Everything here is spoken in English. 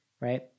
right